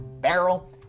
barrel